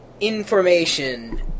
information